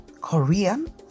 Korean